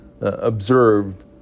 observed